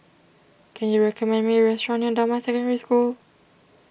can you recommend me a restaurant near Damai Secondary School